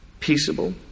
Peaceable